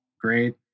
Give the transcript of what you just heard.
great